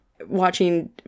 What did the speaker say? watching